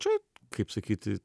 čia kaip sakyti